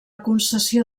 concessió